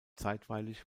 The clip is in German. zeitweilig